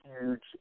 huge